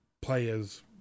players